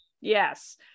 Yes